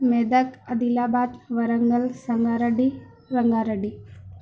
Medak Adilabad Warangal Sangareddy Ranga Reddy